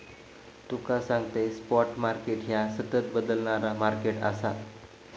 तुका सांगतंय, spot market ह्या सतत बदलणारा मार्केट आसा